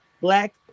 black